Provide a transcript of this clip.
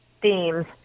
themes